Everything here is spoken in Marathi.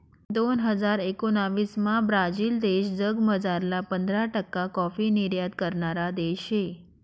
दोन हजार एकोणाविसमा ब्राझील देश जगमझारला पंधरा टक्का काॅफी निर्यात करणारा देश शे